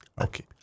Okay